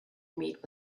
meet